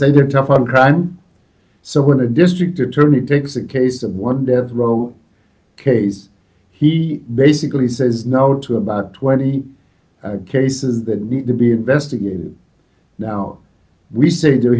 say they're tough on crime so when a district attorney takes a case of one death row case he basically says now to about twenty cases that need to be investigated now we say to